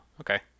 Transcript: okay